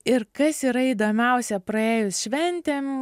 ir kas yra įdomiausia praėjus šventėm